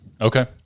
Okay